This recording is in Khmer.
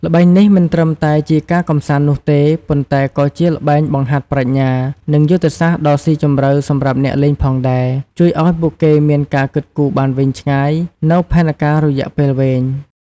ល្បែងនេះមិនត្រឹមតែជាការកម្សាន្តនោះទេ ប៉ុន្តែក៏ជាល្បែងបង្ហាត់ប្រាជ្ញា និងយុទ្ធសាស្ត្រដ៏ស៊ីជម្រៅសម្រាប់អ្នកលេងផងដែរ ជួយឱ្យពួកគេមានការគិតគូរបានវែងឆ្ងាយនូវផែនការរយៈពេលវែង។